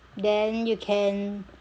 then you can